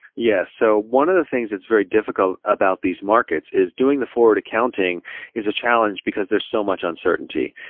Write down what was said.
yes. so one of the things that's very difficult about these markets is doing the forward accounting is a challenge because there's so much uncertainty.